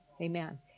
amen